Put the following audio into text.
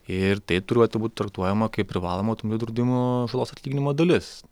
ir tai turuotų būt traktuojama kaip privalomo draudimo žalos atlyginimo dalis